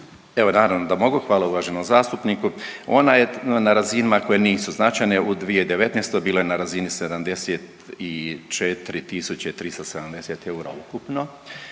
Evo naravno da mogu. Hvala uvaženom zastupniku. Ona je na razinama koje nisu značajne. U 2019. bilo je na razini 74.370 eura ukupno,